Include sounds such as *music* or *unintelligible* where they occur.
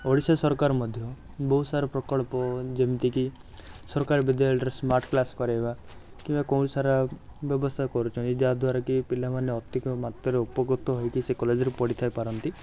ଓଡ଼ିଶା ସରକାର ମଧ୍ୟ ବହୁତ ସାରା ପ୍ରକଳ୍ପ ଯେମିତିକି ସରକାରୀ ବିଦ୍ୟାଳୟରେ ସ୍ମାର୍ଟ କ୍ଲାସ୍ କରେଇବା କିମ୍ବା କୌଣସି *unintelligible* ବ୍ୟବସାୟ କରୁଛନ୍ତି ଯାହାଦ୍ୱାରାକି ପିଲାମାନେ ଅଧିକ ମାତ୍ରାରେ ଉପକୃତ ହୋଇକି ସେ କଲେଜ୍ରେ ପଢ଼ିଥାଇପାରନ୍ତି